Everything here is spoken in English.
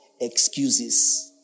excuses